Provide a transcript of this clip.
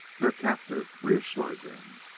their captor reassured them.